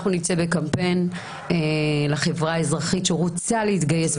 אנחנו נצא בקמפיין לחברה האזרחית שרוצה להתגייס.